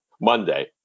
Monday